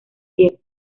piel